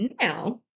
Now